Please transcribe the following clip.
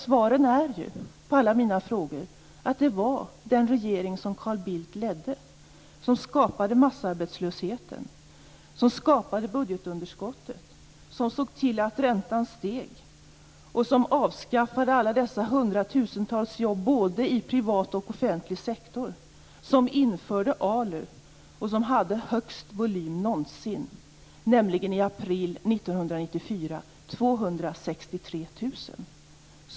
Svaret på alla mina frågor är ju att det var den regering som Carl Bildt ledde som skapade massarbetslösheten, som skapade budgetunderskottet, som såg till att räntan steg och som avskaffade alla de hundratusentals jobben både inom den privata och inom den offentliga sektorn, som införde ALU och som hade den högsta volymen någonsin. I april 1994 rörde det sig om 263 000.